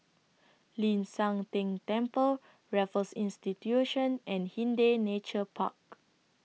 Ling San Teng Temple Raffles Institution and Hindhede Nature Park